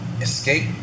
escape